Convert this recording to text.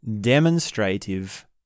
demonstrative